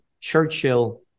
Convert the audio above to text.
Churchill